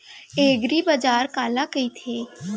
एगरीबाजार काला कहिथे?